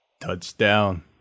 Touchdown